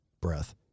Breath